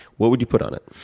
what would you put on it?